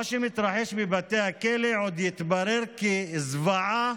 מה שמתרחש בבתי הכלא עוד יתברר כזוועה